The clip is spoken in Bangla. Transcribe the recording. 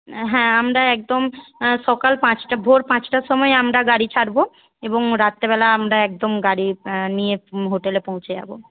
হ্যাঁ আমরা একদম সকাল পাঁচটা ভোর পাঁচটার সময় আমরা গাড়ি ছাড়বো এবং রাত্রেবেলায় একদম গাড়ি নিয়ে হোটেলে পৌঁছে যাবো